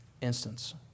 instance